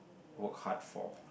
work hard for